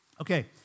Okay